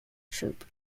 troop